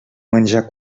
menjar